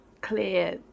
clear